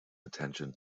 attention